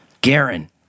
Garen